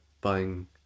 buying